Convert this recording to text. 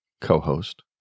co-host